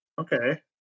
okay